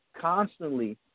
constantly –